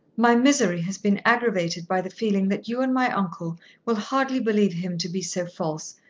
my misery has been aggravated by the feeling that you and my uncle will hardly believe him to be so false,